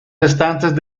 restantes